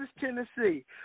Tennessee